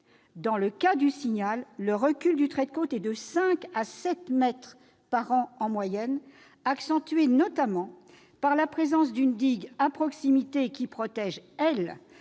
Dans le cas du Signal, le recul du trait de côte est de 5 à 7 mètres par an en moyenne, recul accentué notamment par la présence d'une digue à proximité, qui protège le